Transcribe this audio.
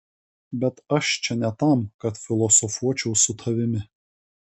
bet aš čia ne tam kad filosofuočiau su tavimi